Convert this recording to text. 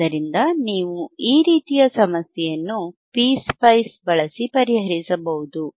ಆದ್ದರಿಂದ ನೀವು ಈ ರೀತಿಯ ಸಮಸ್ಯೆಯನ್ನು ಪಿಸ್ಪೈಸ್ ಬಳಸಿ ಪರಿಹರಿಸಬಹುದು